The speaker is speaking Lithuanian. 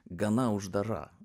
gana uždara